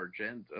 Argento